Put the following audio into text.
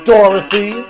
Dorothy